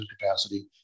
capacity